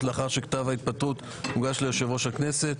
לאחר שכתב ההתפטרות הוגש ליושב-ראש הכנסת.